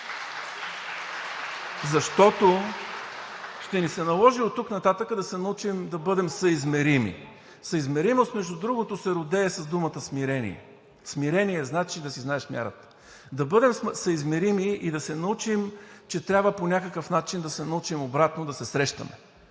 Защото ще ни се наложи оттук нататък да се научим да бъдем съизмерими. Съизмеримост, между другото, се родее с думата смирение. Смирение значи да си знаеш мярата. Да бъдем съизмерими и да се научим, че трябва по някакъв начин да се научим обратно да се срещаме,